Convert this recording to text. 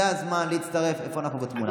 זה הזמן להצטרף, איפה אנחנו בתמונה?